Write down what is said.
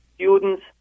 students